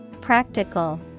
Practical